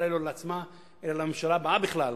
אולי לא לעצמה אלא לממשלה הבאה בכלל,